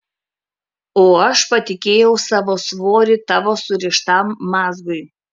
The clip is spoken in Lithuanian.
o aš patikėjau savo svorį tavo surištam mazgui